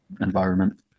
environment